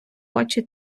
очі